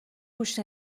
گوش